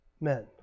men